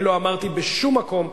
אני לא אמרתי בשום מקום,